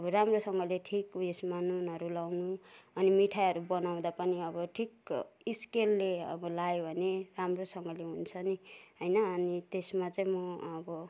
अब राम्रोसँगले ठिक उयसमा नुनहरू लगाउनु अनि मिठाईहरू बनाउँदा पनि अब ठिक स्केलले अब लगायो भने राम्रोसँगले हुन्छ नि होइन अनि त्यसमा चाहिँ म अब